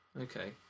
okay